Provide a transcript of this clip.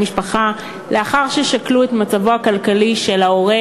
משפחה לאחר ששקלו את מצבו הכלכלי של ההורה